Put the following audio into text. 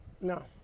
No